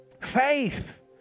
Faith